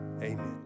amen